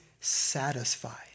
satisfied